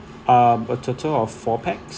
um a total of four pax